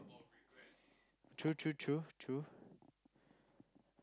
true true true true